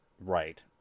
Right